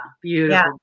beautiful